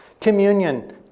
Communion